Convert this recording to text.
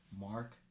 Mark